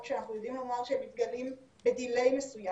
שאנחנו יודעים לומר שהם מתגלים בדיליי מסוים.